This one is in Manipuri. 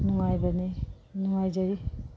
ꯅꯨꯡꯉꯥꯏꯕꯅꯤ ꯅꯨꯡꯉꯥꯏꯖꯩ